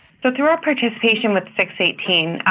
so through our participation with six eighteen,